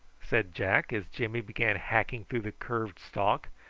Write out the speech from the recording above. said jack, as jimmy began hacking through the curved stalk.